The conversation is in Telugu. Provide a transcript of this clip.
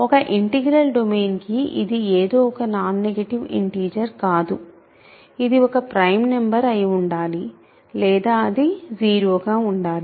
ఒక ఇంటిగ్రల్ డొమైన్ కి ఇది ఏదో ఒక నాన్ నెగటివ్ ఇంటిజర్ కాదు ఇది ఒక ప్రైమ్ నంబర్ అయి ఉండాలి లేదా అది 0 గా ఉండాలి